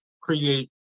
create